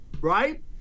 right